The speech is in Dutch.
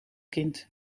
kind